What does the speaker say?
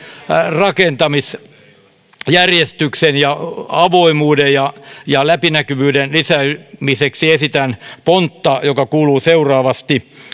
rakentamisjärjestyksen suhteen ja avoimuuden ja ja läpinäkyvyyden lisäämiseksi esitän pontta joka kuuluu seuraavasti